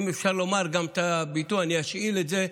ואם אפשר לומר גם את הביטוי, אני אשאל את זה,